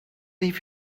leave